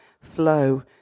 flow